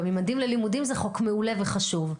גם ממדים ללימודים זה חוק מעולה וחשוב.